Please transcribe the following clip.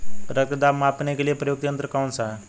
रक्त दाब मापने के लिए प्रयुक्त यंत्र कौन सा है?